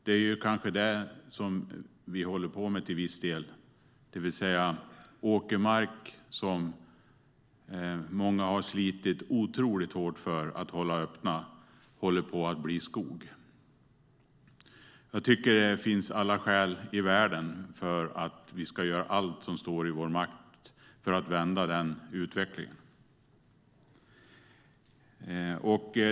Det är kanske detta vi håller på med till viss del; åkermark som många har slitit otroligt hårt för att hålla öppen håller på att bli skog. Jag tycker att det finns alla skäl i världen att göra allt som står i vår makt för att vända denna utveckling.